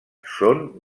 són